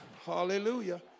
Hallelujah